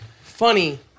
funny